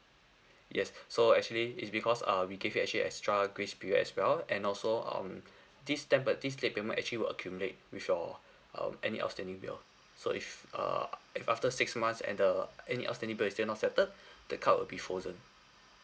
yes so actually is because uh we give you actually extra grace period as well and also um this ten per~ this late payment actually will accumulate with your um any outstanding bill so if err if after six months and the any outstanding bill is still not settled the card will be frozen